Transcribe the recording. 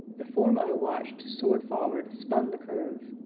the form i watched soared forward, spun the curve.